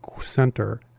center